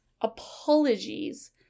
apologies